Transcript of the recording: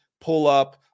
pull-up